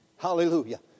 Hallelujah